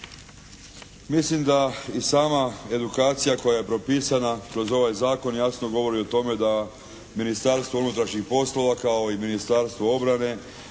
Mislim da i sama edukacija koja je propisana kroz ovaj zakon jasno govori o tome da Ministarstvo unutrašnjih poslova kao i Ministarstvo obrane